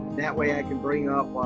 that way i can bring up.